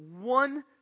one